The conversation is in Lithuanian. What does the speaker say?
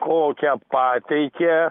kokią pateikė